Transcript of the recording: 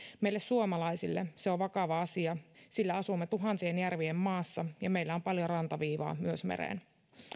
meille suomalaisille se on vakava asia sillä asumme tuhansien järvien maassa ja meillä on paljon rantaviivaa myös mereen